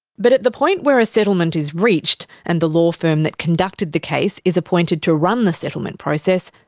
but at the point where a settlement is reached and the law firm that conducted the case is appointed to run the settlement process,